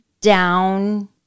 down